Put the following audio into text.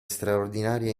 straordinarie